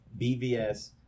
BVS